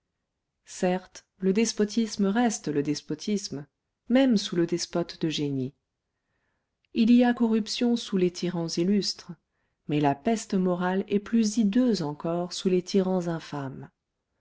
certes le despotisme reste le despotisme même sous le despote de génie il y a corruption sous les tyrans illustres mais la peste morale est plus hideuse encore sous les tyrans infâmes